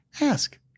ask